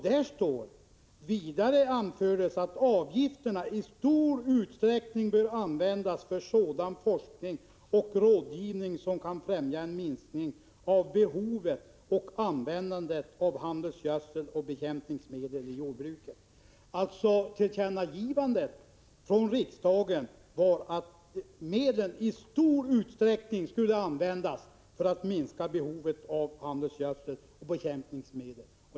Där står: ” Avgifterna bör således i stor utsträckning användas för sådan forskning och rådgivning som kan främja en minskning av behovet och användandet av handelsgödsel och bekämpningsmedel i jordbruket.” Tillkännagivandet från riksdagen var alltså att medlen i stor utsträckning skulle användas för att minska behovet av handelsgödsel och bekämpningsmedel.